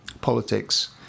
politics